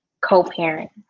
co-parent